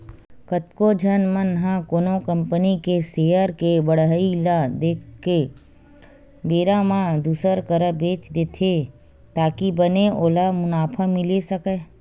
कतको झन मन ह कोनो कंपनी के सेयर के बड़हई ल देख के बने बेरा म दुसर करा बेंच देथे ताकि बने ओला मुनाफा मिले सकय